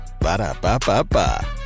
Ba-da-ba-ba-ba